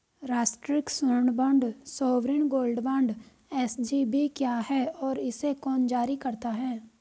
राष्ट्रिक स्वर्ण bond sovereign gold bond SGB क्या है और इसे कौन जारी करता है?